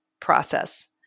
process